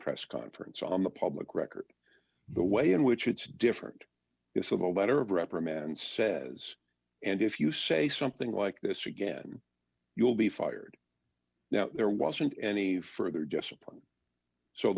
press conference on the public record the way in which it's different it's a letter of reprimand says and if you say something like this again you will be fired now there wasn't any further disappoint so